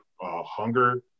hunger